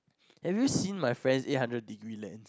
have you seen my friend's eight hundred degree len